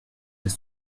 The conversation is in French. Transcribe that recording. des